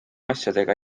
asjadega